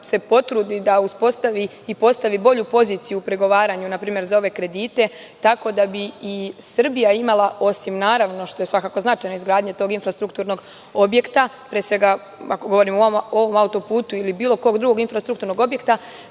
da se potrudi da postavi bolju poziciju u pregovaranju za ove kredite, tako da bi i Srbija imala osim, naravno, što je svakako značajno izgradnja tog infrastrukturnog objekta, pre svega ako govorim o autoputu ili bilo kog drugog infrastrukturnog objekta,